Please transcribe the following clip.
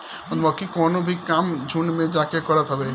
मधुमक्खी कवनो भी काम झुण्ड में जाके करत हवे